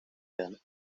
then